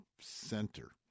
center